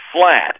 flat